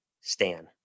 Stan